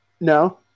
No